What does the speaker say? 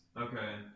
Okay